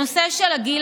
הנושא של הגיל